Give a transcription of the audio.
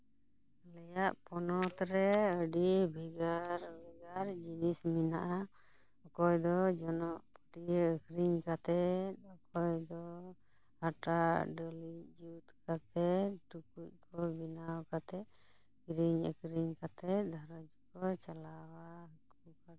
ᱟᱞᱮᱭᱟᱜ ᱯᱚᱱᱚᱛ ᱨᱮ ᱟᱹᱰᱤ ᱵᱷᱮᱜᱟᱨ ᱵᱷᱮᱜᱟᱨ ᱡᱤᱱᱤᱥ ᱢᱮᱱᱟᱜᱼᱟ ᱚᱠᱚᱭ ᱫᱚ ᱡᱚᱱᱚᱜ ᱯᱟᱹᱴᱭᱟᱹ ᱟ ᱠᱷᱨᱤᱧ ᱠᱟᱛᱮᱫ ᱚᱠᱚᱭ ᱫᱚ ᱦᱟᱴᱟᱜ ᱰᱟᱹᱞᱤᱡ ᱡᱩᱛ ᱠᱟᱛᱮᱫ ᱴᱩᱠᱩᱡ ᱠᱚ ᱵᱮᱱᱟᱣ ᱠᱟᱛᱮᱫ ᱠᱤᱨᱤᱧ ᱟᱠᱷᱨᱤᱧ ᱠᱟᱛᱮᱫ ᱜᱷᱟᱸᱨᱚᱧᱡᱽ ᱠᱚ ᱪᱟᱞᱟᱣᱟ